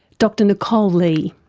dr nicole lee.